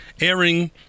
airing